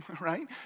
right